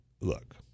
look